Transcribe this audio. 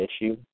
issue